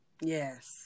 yes